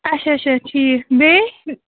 اَچھا اَچھا ٹھیٖک بیٚیہِ